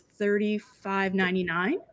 $35.99